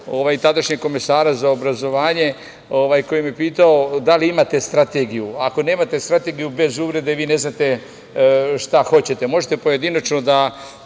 tadašnjeg komesara za obrazovanje, koji me je pitao - da li imate strategiju, a ako nemate strategiju, bez uvrede, vi ne znate šta hoćete. Možete pojedinačno da